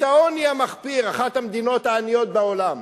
את העוני המחפיר, אחת המדינות העניות בעולם,